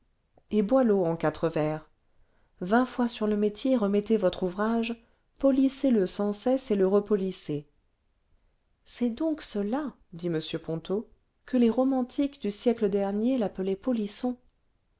et boileau en quatre vers vingt fois sur le métier remettez votre ouvrage polissez le sans cesse et le repolissez c'est donc cela dit m ponto que les romantiques du siècle dernier l'appelaient polisson